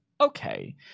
okay